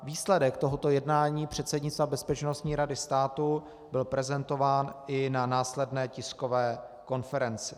Výsledek tohoto jednání předsednictva Bezpečnostní rady státu byl prezentován i na následné tiskové konferenci.